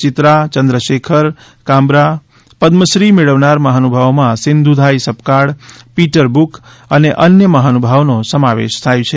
ચિત્રા ચંદ્રશેખર કાંબરા પદમશ્રી મેળવનાર મહાનુભાવોમાં Sindhutai Sapkal Peter Brook અને અન્ય મહાનુભાવોનો સમાવેશ થાય છે